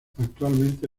actualmente